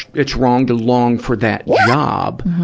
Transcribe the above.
it's wrong to long for that job,